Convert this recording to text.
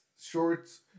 shorts